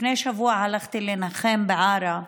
לפני שבוע הלכתי לנחם בעארה,